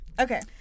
Okay